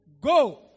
Go